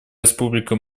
республика